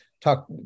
talk